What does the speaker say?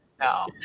No